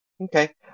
Okay